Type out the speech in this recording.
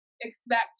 expect